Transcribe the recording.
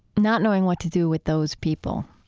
not knowing what to do with those people.